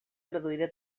traduïda